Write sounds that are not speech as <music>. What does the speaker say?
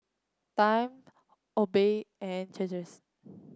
Time Obey and <unintelligible>